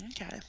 Okay